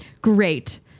great